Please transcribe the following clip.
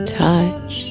touch